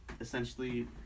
essentially